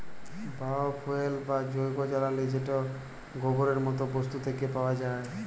bio fuel বা জৈব জ্বালালী যেট গোবরের মত বস্তু থ্যাকে পাউয়া যায়